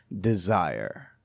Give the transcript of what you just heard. desire